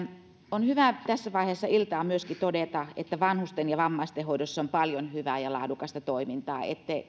on hyvä tässä vaiheessa iltaa myöskin todeta että vanhusten ja vammaisten hoidossa on paljon hyvää ja laadukasta toimintaa